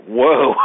whoa